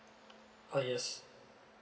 orh yes